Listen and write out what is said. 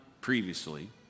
previously